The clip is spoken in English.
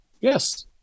yes